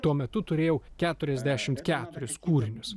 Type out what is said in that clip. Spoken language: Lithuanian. tuo metu turėjau keturiasdešimt keturis kūrinius